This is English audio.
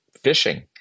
fishing